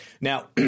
Now